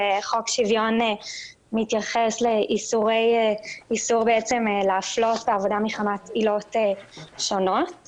וחוק שוויון מתייחס לאיסור להפלות בעבודה מחמת עילות רבות.